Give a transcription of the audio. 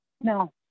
No